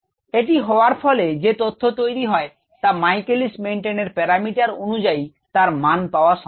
এটি হওয়ার ফলে যে তথ্য তৈরি হয় তা Michaelis Menten এর প্যারামিটার অনুযায়ী তার মান পাওয়া সম্ভব